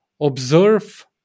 observe